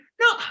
No